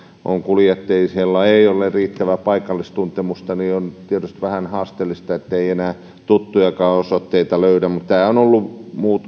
on kuljettajia joilla ei ole riittävää paikallistuntemusta on tietysti vähän haasteellista ettei enää tuttujakaan osoitteita löydä mutta tämä on ollut